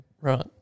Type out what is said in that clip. Right